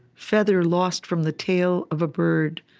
feather lost from the tail of a bird,